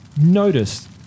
notice